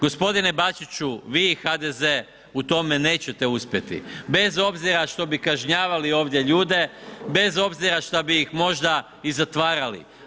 Gospodine Bačiću vi i HDZ u tome nećete uspjeti bez obzira što bi kažnjavali ovdje ljude, bez obzira šta bi ih možda i zatvarali.